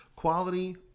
Quality